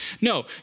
No